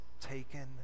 taken